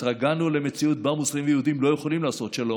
התרגלנו למציאות שבה מוסלמים ויהודים לא יכולים לעשות שלום.